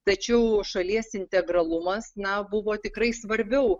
tačiau šalies integralumas na buvo tikrai svarbiau